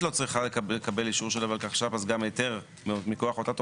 לא צריכה לקבל אישור של הולקחש"פ,